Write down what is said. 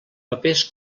papers